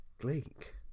Gleek